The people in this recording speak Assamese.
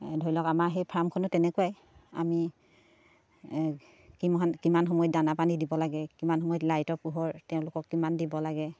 এ ধৰি লওক আমাৰ সেই ফাৰ্মখনো তেনেকুৱাই আমি কিমান কিমান সময়ত দানা পানী দিব লাগে কিমান সময়ত লাইটৰ পোহৰ তেওঁলোকক কিমান দিব লাগে